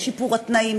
לשיפור התנאים,